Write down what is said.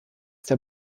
der